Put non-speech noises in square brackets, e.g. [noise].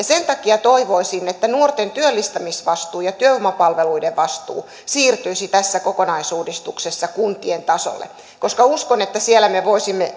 [unintelligible] sen takia toivoisin että nuorten työllistämisvastuu ja työvoimapalveluiden vastuu siirtyisi tässä kokonaisuudistuksessa kuntien tasolle koska uskon että siellä me voisimme [unintelligible]